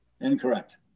Incorrect